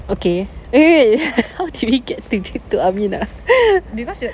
okay wait wait wait how did we get to amin ah